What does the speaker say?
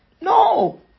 No